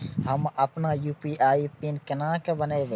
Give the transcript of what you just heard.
हम अपन UPI PIN केना बनैब?